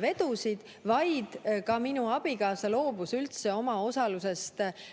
vedusid, vaid ka minu abikaasa loobus üldse oma osalusest selles